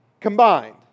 combined